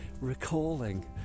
recalling